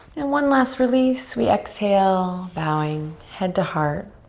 and one last release. we exhale, bowing, head to heart.